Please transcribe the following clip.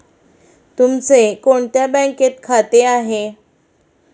तुमचे कोणत्या बँकेत खाते आहे?